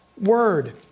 word